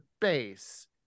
base